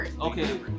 Okay